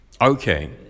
Okay